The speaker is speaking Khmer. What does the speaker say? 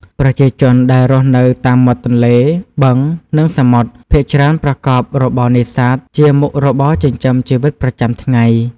ប្រជាជនដែលរស់នៅតាមមាត់ទន្លេ បឹង និងសមុទ្រ ភាគច្រើនប្រកបរបរនេសាទជាមុខរបរចិញ្ចឹមជីវិតប្រចាំថ្ងៃ។